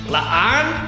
La'an